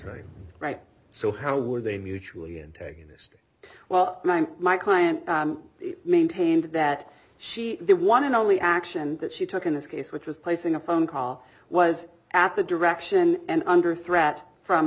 attorneys right so how were they mutually antagonistic well my client maintained that she the one and only action that she took in this case which was placing a phone call was at the direction and under threat from